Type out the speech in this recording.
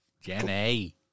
Jenny